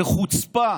בחוצפה